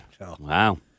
Wow